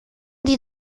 die